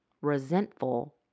resentful